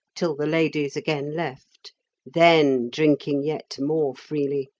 till the ladies again left then drinking yet more freely.